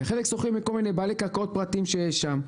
וחלק שוכרים מכל מיני בעלי קרקעות פרטיים שיש שם.